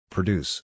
Produce